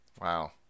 Wow